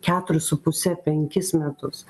keturis su puse penkis metus